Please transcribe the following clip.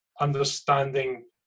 understanding